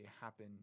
happen